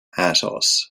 atos